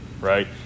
right